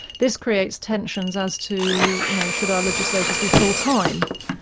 this creates tensions as to you know should our legislators be full-time.